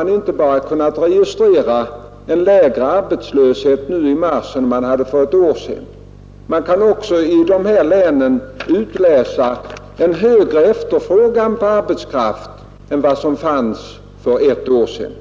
har inte bara kunnat registrera en lägre arbetslöshet i mars i år än för ett år sedan, utan man kan också där konstatera en högre efterfrågan på arbetskraft än för ett år sedan.